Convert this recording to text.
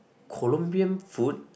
Colombian food